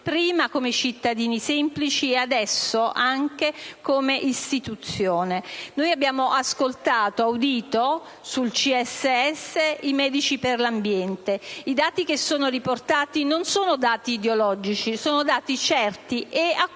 prima come cittadini semplici e adesso anche come istituzione. Abbiamo audito sul CSS i medici per l'ambiente. I dati riportati non sono ideologici: sono dati certi e accurati